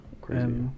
Crazy